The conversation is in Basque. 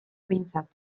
behintzat